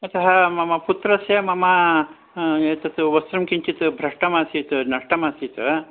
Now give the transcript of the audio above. अतः मम पुत्रस्य मम एतत् वस्त्रं किञ्चित् भ्रष्टमासीत् नष्टमासीत्